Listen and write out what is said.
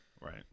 Right